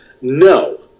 No